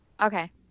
Okay